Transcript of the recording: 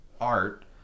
art